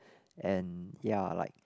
and ya like